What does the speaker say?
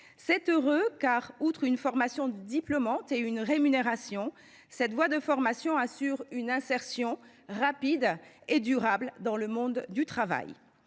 C’est heureux, car, outre une formation diplômante et une rémunération, cette voie de formation assure une insertion rapide et durable dans le monde du travail.